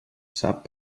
sap